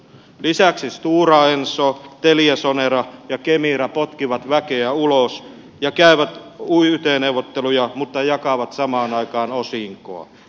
lisäksi stora enso teliasonera ja kemira potkivat väkeä ulos ja käyvät yt neuvotteluja mutta jakavat samaan aikaan osinkoa